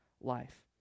life